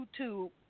YouTube